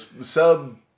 Sub